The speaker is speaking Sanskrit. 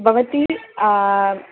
भवती